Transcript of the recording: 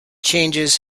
changes